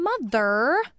Mother